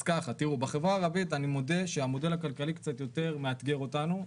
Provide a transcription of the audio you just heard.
אני מודה שהמודל הכלכלי קצת יותר מאתגר אותנו,